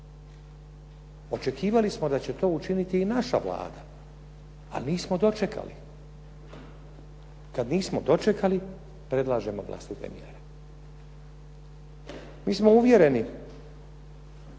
Očekivali smo da će to učiniti i naša Vlada, ali nismo dočekali. Kad nismo dočekali, predlažemo vlastite mjere. Mi smo uvjereni